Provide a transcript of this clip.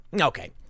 Okay